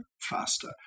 faster